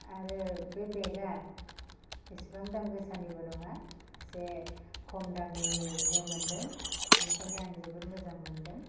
आरो बे बेगा एसिबां दाम गोसानिबो नङा एसे खम दामनियैनो मोनदों बेनिखायनो आं जोबोद मोजां मोनदों